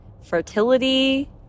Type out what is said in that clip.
Fertility